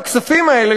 הכספים האלה,